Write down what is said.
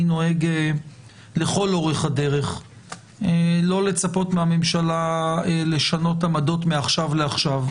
אני נוהג לכל אורך הדרך לא לצפות מהממשלה לשנות עמדות מעכשיו לעכשיו,